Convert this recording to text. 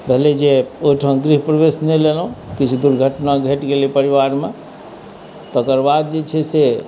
भेलैजे ओयठाम गृहप्रवेश नहि लेलहुँ किछु दुर्घटना घटि गेलै परिवारमे तकर बाद जे छै से